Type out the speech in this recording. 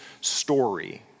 story